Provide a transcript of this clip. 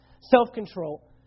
self-control